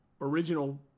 original